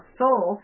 soul